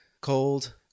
Cold